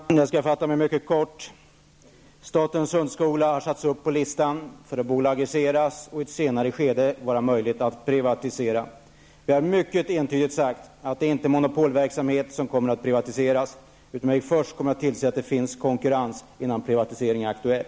Herr talman! Jag skall fatta mig mycket kort. Statens hundskola har satts upp på listan för att bolagiseras och för att i ett senare skede kunna privatiseras. Vi har mycket entydigt sagt att det inte är monopolverksamhet som kommer att privatiseras; vi kommer att se till att det finns konkurrens innan privatisering är aktuell.